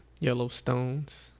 Yellowstones